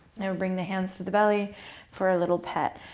now we'll bring the hands to the belly for a little pat.